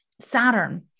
Saturn